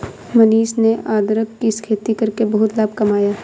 मनीष ने अदरक की खेती करके बहुत लाभ कमाया